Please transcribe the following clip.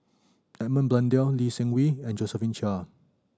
Edmund Blundell Lee Seng Wee and Josephine Chia